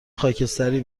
خاکستری